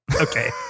okay